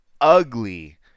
ugly